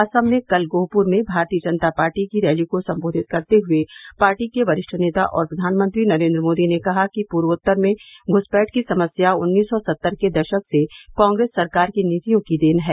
असम में कल गोहप्र में भारतीय जनता पार्टी की रैली को संबोधित करते हुए पार्टी के वरिष्ठ नेता और प्रधानमंत्री नरेन्द्र मोदी ने कहा कि पूर्वोत्तर में घुसपैठ की समस्या उन्नीस सौ सत्तर के दशक से कांग्रेस सरकार की नीतियों की देन है